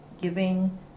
giving